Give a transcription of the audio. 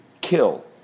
kill